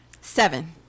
seven